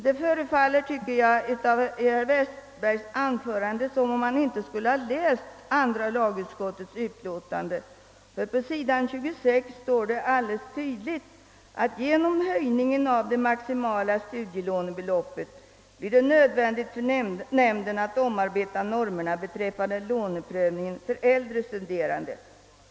Det förefaller av herr Westbergs anförande som om han inte skulle ha läst andra lagutskottets utlåtande, ty på s. 26 står det tydligt och klart att genom höjningen av det maximala studielånebeloppet blir det nödvändigt för nämnden att omarbeta normerna beträffande låneprövningen för äldre studerande.